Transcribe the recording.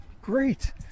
great